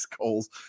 goals